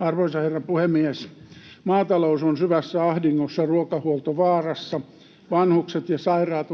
Arvoisa herra puhemies! Maatalous on syvässä ahdingossa, ruokahuolto vaarassa. Vanhukset ja sairaat